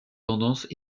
tendances